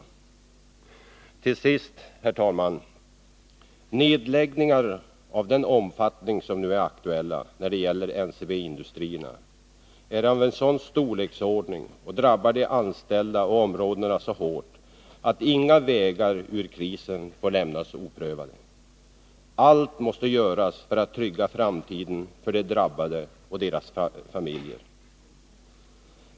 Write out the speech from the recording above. Till sist, herr talman: Nedläggningar av den omfattning som nu är aktuella när det gäller NCB-industrierna är av en sådan storleksordning och drabbar de anställda och områdena så hårt att inga vägar ut ur krisen får lämnas oprövade. Allt måste göras för att trygga framtiden för de drabbade och deras familjer.